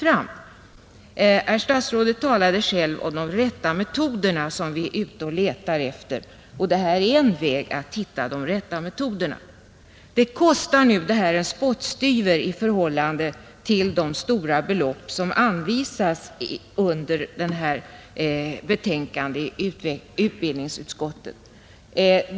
Herr statsrådet talade om att vi letar efter de rätta metoderna, och detta är en väg att gå för att hitta dem, Det kostar också en spottstyver i förhållande till de stora belopp som anvisas i förevarande betänkande från utbildningsutskottet.